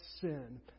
sin